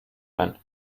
ein